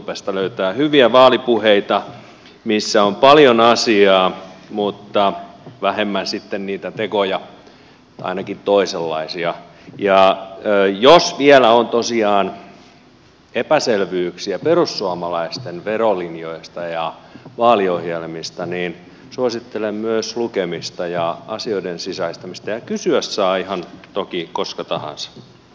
youtubesta löytää hyviä vaalipuheita missä on paljon asiaa mutta vähemmän sitten niitä tekoja ainakin toisenlaisia ja jos vielä on tosiaan epäselvyyksiä perussuomalaisten verolinjoista ja vaaliohjelmista niin suosittelen myös lukemista ja asioiden sisäistämistä ja kysyä saa toki koska tahansa